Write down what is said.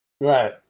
Right